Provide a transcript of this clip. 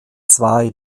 zwei